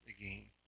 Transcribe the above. again